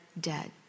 dead